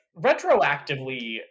retroactively